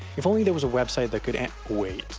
if only there was a website that could answ, wait,